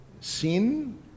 sin